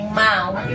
mouth